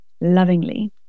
lovingly